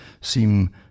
seem